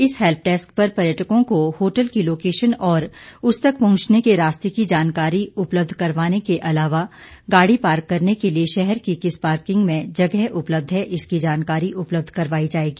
इस help desk पर पर्यटकों को होटल की लोकेशन और उस तक पहंचने के रास्ते की जानकारी उपलब्ध करवाने के अलावा गाड़ी पार्क करने के लिए शहर की किस पार्किंग में जगह उपलब्ध है इसकी जानकारी उपलब्ध करवाई जाएगी